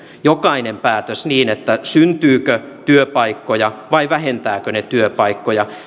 jokainen päätös pitää peilata niin syntyykö työpaikkoja vai vähentääkö se työpaikkoja